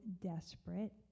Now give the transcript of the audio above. desperate